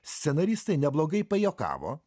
scenaristai neblogai pajuokavo